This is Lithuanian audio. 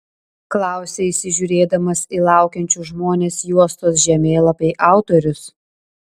klausia įsižiūrėdamas į laukiančius žmones juostos žemėlapiai autorius